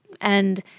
And-